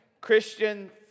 Christian